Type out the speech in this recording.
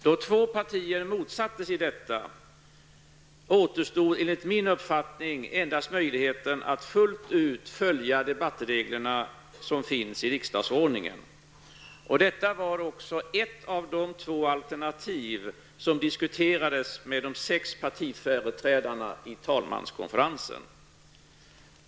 Då två partier motsatte sig detta återstod enligt min uppfattning endast möjligheten att fullt ut följa debattreglerna som finns i riksdagsordningen. Detta var också ett av de två alternativ som diskuterades med de sex partiföreträdarna i talmanskonferensen.